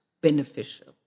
beneficial